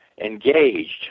engaged